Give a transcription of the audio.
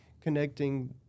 connecting